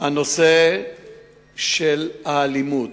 נושא האלימות,